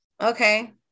Okay